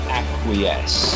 acquiesce